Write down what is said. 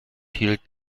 hielt